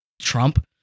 Trump